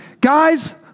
Guys